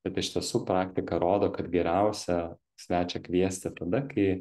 bet iš tiesų praktika rodo kad geriausia svečią kviesti tada kai